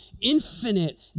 infinite